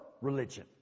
religion